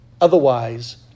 otherwise